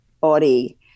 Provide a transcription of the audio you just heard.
body